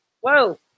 whoa